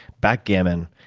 backgammon,